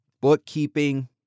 bookkeeping